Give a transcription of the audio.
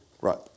Right